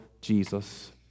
Jesus